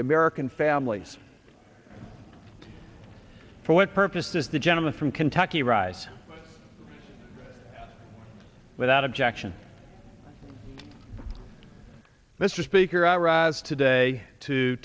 the american families for what purposes the gentleman from kentucky rise without objection mr speaker i rise today to